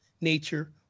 nature